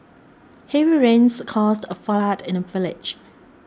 heavy rains caused a flood in the village